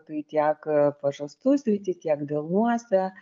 tai tiek pažastų srity tiek delnuose